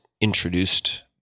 introduced